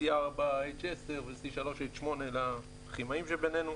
(c4h10) ו-(c3h8) לכימאים שבינינו.